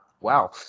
wow